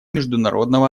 международного